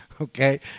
okay